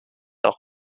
auch